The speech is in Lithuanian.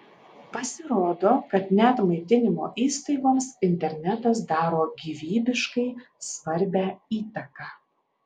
pasirodo kad net maitinimo įstaigoms internetas daro gyvybiškai svarbią įtaką